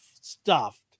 stuffed